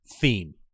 Theme